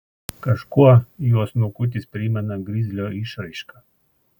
kažkuo jo snukutis primena grizlio išraišką